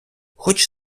хоч